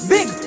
Big